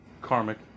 Karmic